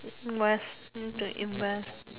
West near the in West